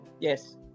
yes